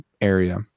area